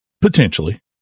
potentially